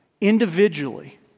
individually